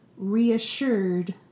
Reassured